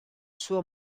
suo